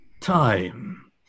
time